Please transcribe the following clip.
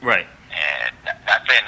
Right